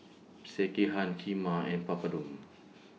Sekihan Kheema and Papadum